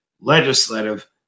legislative